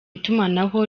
itumanaho